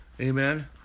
Amen